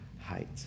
height